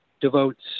devotes